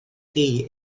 chi